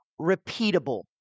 repeatable